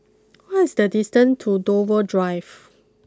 what is the distant to Dover Drive